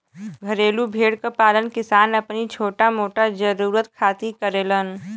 घरेलू भेड़ क पालन किसान अपनी छोटा मोटा जरुरत खातिर करेलन